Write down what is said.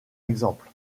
exemple